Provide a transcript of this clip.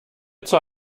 zur